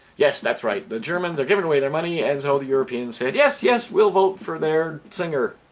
yes, that's right, the germans are giving away their money and so the europeans said yes, yes, we'll vote for their singer!